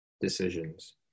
decisions